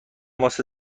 واسه